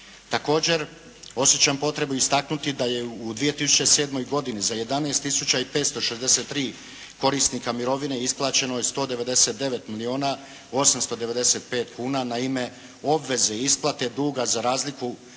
Također, osjećam potrebu istaknuti da je u 2007. godini za 11 tisuća i 563 korisnika mirovine isplaćeno je 199 milijuna 895 kuna na ime obveze isplate duga za razliku